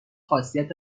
خاصیت